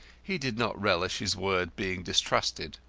he did not relish his word being distrusted.